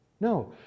No